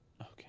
Okay